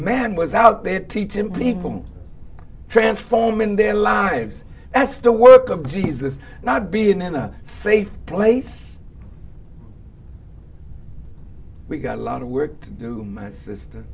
man was out there teach him people transform in their lives as the work of jesus not being in a safe place we got a lot of work to do my sister